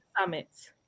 summits